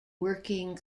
working